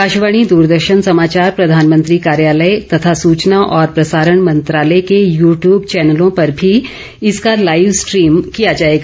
आकाशवाणी दूरदर्शन समाचार प्रधानमंत्री कार्यालय तथा सूचना और प्रसारण मंत्रालय के यू टयूब चैनलों पर भी इसका लाइव स्ट्रीम किया जाएगा